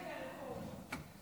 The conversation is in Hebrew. אין בושה.